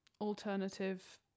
alternative